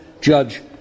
judge